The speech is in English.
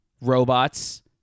robots